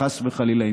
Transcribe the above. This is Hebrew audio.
חס וחלילה,